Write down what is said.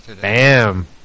Bam